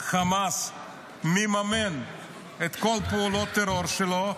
חמאס מממן את כל פעולות הטרור שלו.